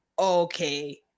okay